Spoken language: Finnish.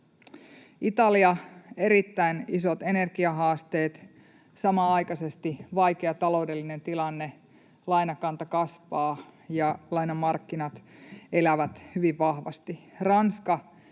Italia: Erittäin isot energiahaasteet, samanaikaisesti vaikea taloudellinen tilanne. Lainakanta kasvaa, ja lainamarkkinat elävät hyvin vahvasti. Ranska: